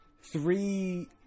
three